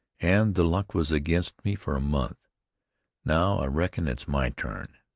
and the luck was against me for a month now i reckon it's my turn.